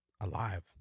alive